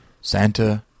Santa